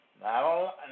Now